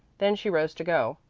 then she rose to go.